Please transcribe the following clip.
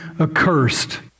accursed